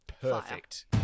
perfect